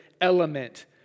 element